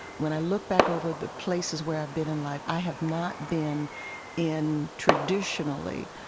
when i look back over the places where i've been in life, i have not been in, traditionally,